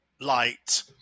light